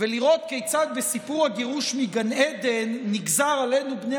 ולראות כיצד בסיפור הגירוש מגן עדן נגזר עלינו בני